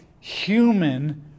Human